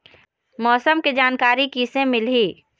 मौसम के जानकारी किसे मिलही?